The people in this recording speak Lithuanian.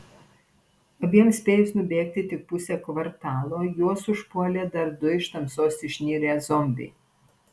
abiem spėjus nubėgti tik pusę kvartalo juos užpuolė dar du iš tamsos išnirę zombiai